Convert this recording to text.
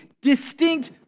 distinct